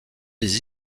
des